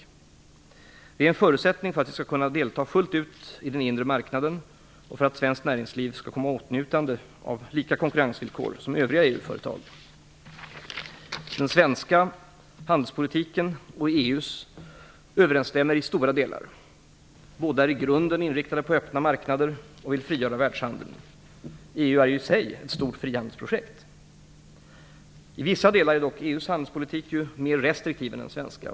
Detta är en förutsättning för att vi skall kunna delta fullt ut i den inre marknaden och för att svenskt näringsliv skall komma i åtnjutande av lika konkurrensvillkor som övriga EU-företag. Den svenska handelspolitiken och EU:s handelspolitik överensstämmer i stora delar. Båda är i grunden inriktade på öppna marknader och vill frigöra världshandeln. EU är ju i sig ett stort frihandelsprojekt. I vissa delar är dock EU:s handelspolitik mer restriktiv än den svenska.